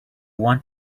want